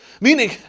Meaning